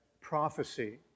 prophecy